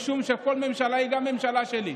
משום שכל ממשלה היא גם ממשלה שלי,